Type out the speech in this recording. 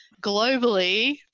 Globally